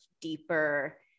deeper